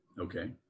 Okay